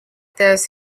this